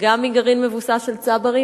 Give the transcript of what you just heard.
גם מגרעין מבוסס של צברים,